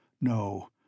No